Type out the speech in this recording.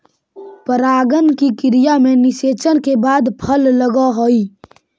परागण की क्रिया में निषेचन के बाद फल लगअ हई